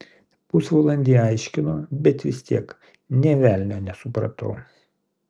pusvalandį aiškino bet vis tiek nė velnio nesupratau